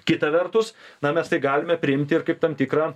kita vertus na mes tai galime priimti ir kaip tam tikrą